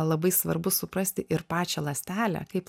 labai svarbu suprasti ir pačią ląstelę kaip